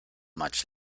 much